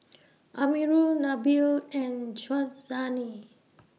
Amirul Nabil and Syazwani